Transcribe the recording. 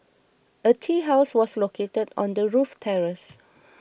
a tea house was located on the roof terrace